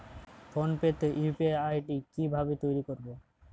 Phone pay তে UPI ID কি ভাবে তৈরি করবো?